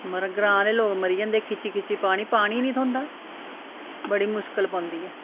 मगर ग्रांऽ आह्ले लोक मरी जंदे खिच्ची खिच्ची पानी पानी नी थ्होंदा बड़ी मुश्कल पौंदी ऐ